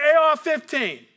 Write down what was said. AR-15